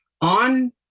on